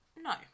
No